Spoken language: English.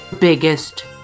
Biggest